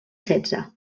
setze